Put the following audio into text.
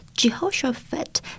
Jehoshaphat